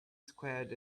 squared